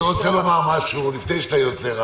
אני רוצה לומר משהו לאלי לפני שאתה יוצא.